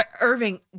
Irving